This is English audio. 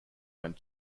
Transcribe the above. went